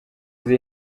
nzi